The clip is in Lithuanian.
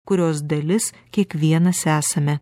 kurios dalis kiekvienas esame